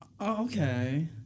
Okay